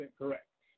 correct